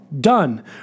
Done